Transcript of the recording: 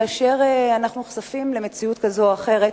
כאשר אנחנו נחשפים למציאות כזאת או אחרת,